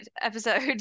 episode